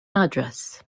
madras